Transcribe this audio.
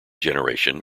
generation